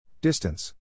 Distance